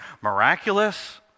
miraculous